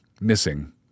missing